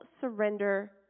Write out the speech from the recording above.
surrender